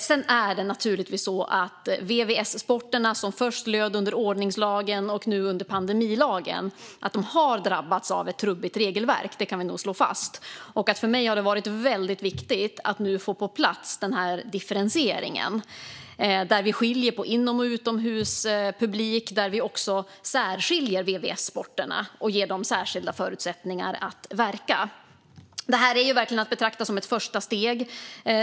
Sedan är det naturligtvis så att VVS-sporterna, som först lydde under ordningslagen och nu lyder under pandemilagen, har drabbats av ett trubbigt regelverk; det kan vi nog slå fast. För mig har det varit väldigt viktigt att nu få på plats den här differentieringen, där vi skiljer på inomhus och utomhuspublik och där vi särskiljer VVS-sporterna och ger dem särskilda förutsättningar att verka. Detta är verkligen att betrakta som ett första steg.